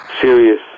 serious